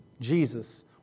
Jesus